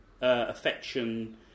affection